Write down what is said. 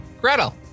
Gretel